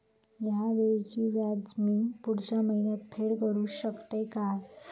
हया वेळीचे व्याज मी पुढच्या महिन्यात फेड करू शकतय काय?